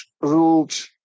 ruled